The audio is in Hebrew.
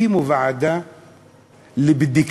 הקימו ועדה לבדיקת